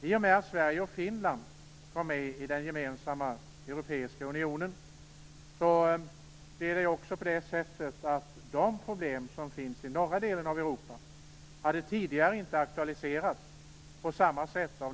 Innan Sverige och Finland kom med i Europeiska unionen hade av naturliga skäl de problem som finns i norra delen av Europa inte aktualiserats på samma sätt.